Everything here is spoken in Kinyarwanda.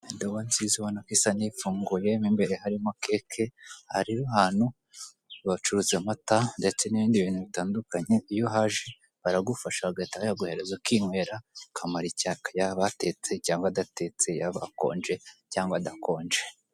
Indobo nziza ubonako isa n'ifunguye, mo imbere harimo keke hari ahantu bacuruza amata ndetse n'ibindi bintu bitandukanye. Iyo uhaje baragufasha bagahita bayaguhereza ukinywera ukamara icyaka yaba atetse cyangwa adatetse yaba akonje cyangwa adakonje.